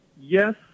Yes